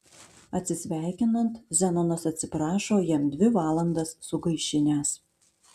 atsisveikinant zenonas atsiprašo jam dvi valandas sugaišinęs